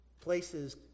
places